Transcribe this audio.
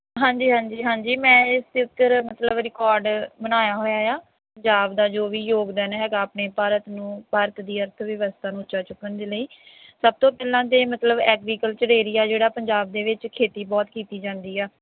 ਹਾਂਜੀ ਹਾਂਜੀ ਹਾਂਜੀ ਮੈਂ ਇਸ ਦੇ ਉੱਪਰ ਮਤਲਬ ਰਿਕਾਰਡ ਬਣਾਇਆ ਹੋਇਆ ਆ ਪੰਜਾਬ ਦਾ ਜੋ ਵੀ ਯੋਗਦਾਨ ਹੈਗਾ ਆਪਣੇ ਭਾਰਤ ਨੂੰ ਭਾਰਤ ਦੀ ਅਰਥ ਵਿਵਸਥਾ ਨੂੰ ਉੱਚਾ ਚੁੱਕਣ ਦੇ ਲਈ ਸਭ ਤੋਂ ਪਹਿਲਾਂ ਤਾਂ ਮਤਲਬ ਐਗਰੀਕਲਚਰ ਏਰੀਆ ਜਿਹੜਾ ਪੰਜਾਬ ਦੇ ਵਿੱਚ ਖੇਤੀ ਬਹੁਤ ਕੀਤੀ ਜਾਂਦੀ ਆ